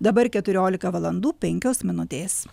dabar keturiolika valandų penkios minutės